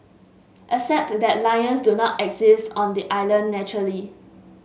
except that lions do not exist on the island naturally